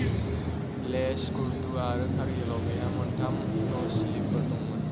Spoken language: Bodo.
लेह स्कुर्दु आरो कारगिलाव बेहा मोन्थाम तहसिलफोर दंमोन